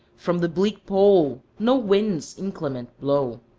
from the bleak pole no winds inclement blow.